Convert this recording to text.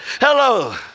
hello